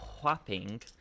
whopping